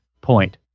point